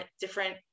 different